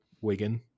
Wigan